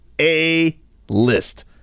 A-list